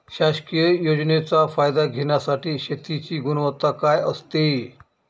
शासकीय योजनेचा फायदा घेण्यासाठी शेतीची गुणवत्ता काय असते?